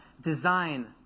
design